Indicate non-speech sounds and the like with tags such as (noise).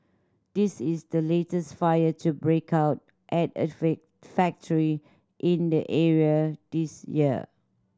this is the latest fire to break out at a (unintelligible) factory in the area this year